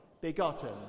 begotten